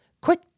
quick